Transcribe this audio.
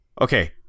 Okay